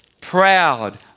Proud